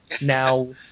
now